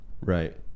Right